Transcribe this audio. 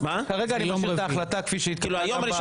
כרגע אני משאיר את ההחלטה כפי שהיא סוכמה בנשיאות.